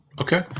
Okay